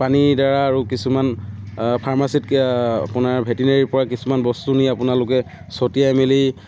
পানীৰ দ্বাৰা আৰু কিছুমান ফাৰ্মাচীত আপোনাৰ ভেটেনেৰীৰ পৰা কিছুমান বস্তু নি আপোনালোকে ছটিয়াই মেলি